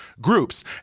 groups